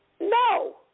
No